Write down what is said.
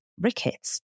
rickets